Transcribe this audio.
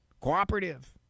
cooperative